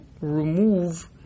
remove